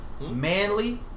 manly